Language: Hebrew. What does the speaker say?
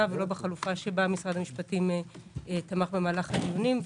ולא בחלופה שבה משרד המשפטים תמך במהלך הדיונים.